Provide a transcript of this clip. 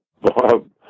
Bob